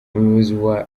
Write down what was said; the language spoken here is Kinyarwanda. umuyobozi